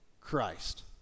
Christ